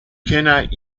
cannot